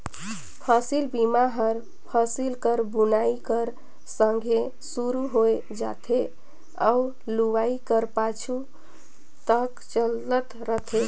फसिल बीमा हर फसिल कर बुनई कर संघे सुरू होए जाथे अउ लुवई कर पाछू तक चलत रहथे